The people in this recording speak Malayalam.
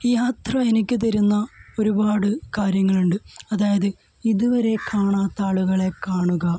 ഈ യാത്ര എനിക്കു തരുന്ന ഒരുപാട് കാര്യങ്ങളുണ്ട് അതായത് ഇതുവരെ കാണാത്ത ആളുകളെ കാണുക